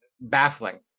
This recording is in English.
baffling